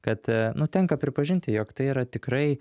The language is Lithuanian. kad nu tenka pripažinti jog tai yra tikrai